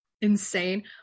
insane